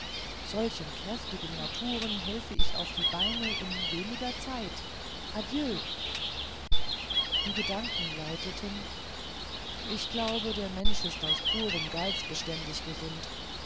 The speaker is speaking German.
solchen kräftigen naturen helfe ich auf die beine in weniger zeit adieu die gedanken lauteten ich glaube der mensch ist aus purem geiz beständig gesund